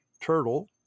turtle